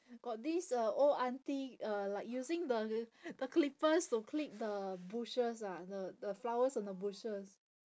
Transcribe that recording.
got this uh old aunty uh like using the the clippers to clip the bushes ah the the flowers and the bushes